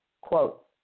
quote